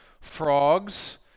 frogs